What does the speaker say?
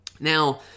Now